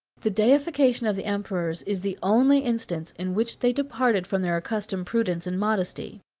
the deification of the emperors is the only instance in which they departed from their accustomed prudence and modesty.